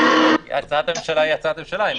הצעת הממשלה היא הצעת ממשלה.